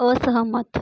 असहमत